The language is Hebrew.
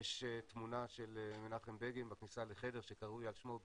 יש תמונה של מנחם בגין בכניסה לחדר שקרוי על שמו,